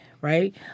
right